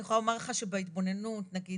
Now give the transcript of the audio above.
אני יכולה לומר לך שבהתבוננות נגיד,